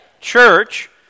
church